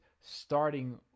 starting